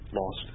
Lost